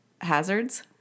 Hazards